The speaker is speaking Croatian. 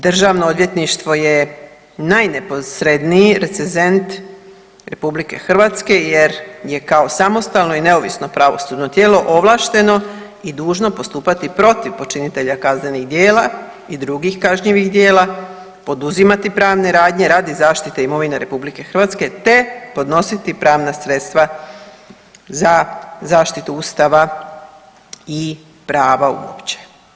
Državno odvjetništvo je najneposredniji recezent Republike Hrvatske jer je kao samostalno i neovisno pravosudno tijelo ovlašteno i dužno postupati protiv počinitelja kaznenih djela i drugih kažnjivih djela, poduzimati pravne radnje radi zaštite imovine Republike Hrvatske te podnositi pravna sredstva za zaštitu Ustava i prava uopće.